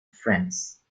france